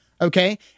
okay